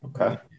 Okay